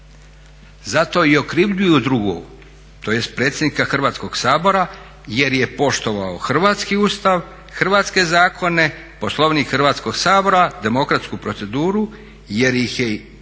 Zato i okrivljuju drugog tj. predsjednika Hrvatskog sabora jer je poštovao Hrvatski ustav, hrvatske zakone, Poslovnik Hrvatskog sabora, demokratsku proceduru, jer ih je od